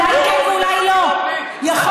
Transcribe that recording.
אולי כן ואולי לא.